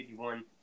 51